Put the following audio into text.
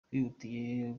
twihutiye